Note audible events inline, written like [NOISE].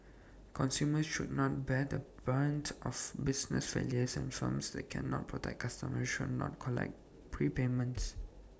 consumers should not bear the brunt of business failures and firms that cannot protect customers should not collect prepayments [NOISE]